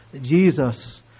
Jesus